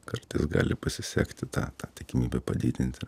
kartais gali pasisekti tą tą tikimybę padidinti